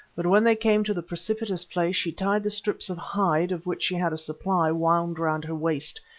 but when they came to the precipitous place she tied the strips of hide, of which she had a supply wound round her waist,